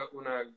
una